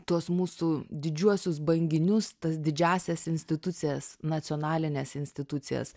tuos mūsų didžiuosius banginius tas didžiąsias institucijas nacionalines institucijas